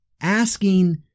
asking